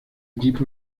equipos